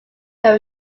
there